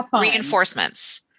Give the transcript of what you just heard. reinforcements